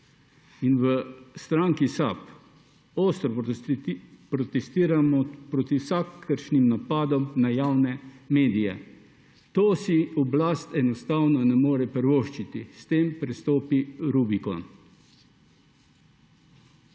v stranki SAB ostro protestiramo proti vsakršnim napadom na medije. Tega si oblast enostavno ne more privoščiti. S tem prestopi Rubikon.